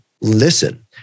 listen